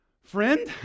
friend